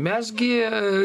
mes gi